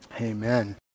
Amen